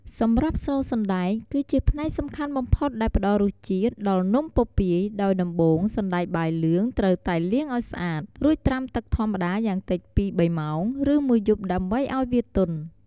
សម្រាប់់ស្នូលសណ្តែក គឺជាផ្នែកសំខាន់បំផុតដែលផ្តល់រសជាតិ ដល់នំពពាយ ដោយដំបូង សណ្ដែកបាយលឿង ត្រូវតែលាងឲ្យស្អាត រួចត្រាំទឹកធម្មតាយ៉ាងតិច ២-៣ ម៉ោង ឬមួយយប់ដើម្បីឲ្យវាទន់។។